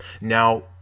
Now